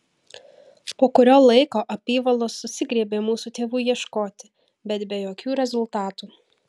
po kurio laiko apyvalos susigriebė mūsų tėvų ieškoti bet be jokių rezultatų